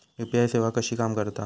UPI सेवा कशी काम करता?